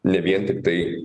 ne vien tiktai